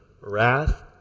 wrath